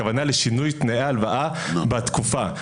הכוונה לשינוי תנאי ההלוואה בתקופה.